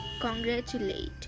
congratulate